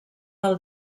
del